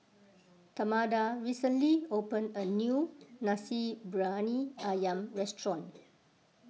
Tamatha recently opened a new Nasi Briyani Ayam restaurant